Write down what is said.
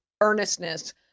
earnestness